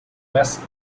west